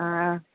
ആ